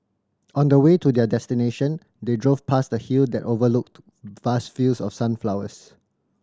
on the way to their destination they drove past a hill that overlooked vast fields of sunflowers